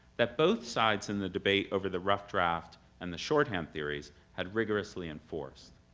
that both sides in the debate over the rough draft and the short-hand theories had rigorously enforced.